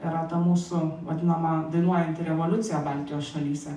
yra ta mūsų vadinama dainuojanti revoliucija baltijos šalyse